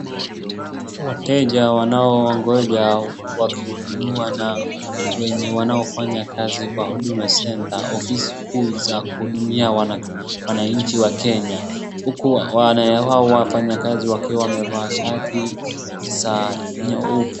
Wateja wanao ongoja wakihudumiwa na wenye wanaofanya kazi kwa Huduma Centre, ofisi kuu za kuhudumia wananchi wakenya huku wafanyakazi wakiwa wamevaa shati za nyeupe.